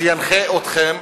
שינחה אתכם.